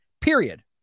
Period